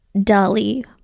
Dolly